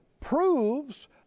proves